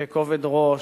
בכובד ראש,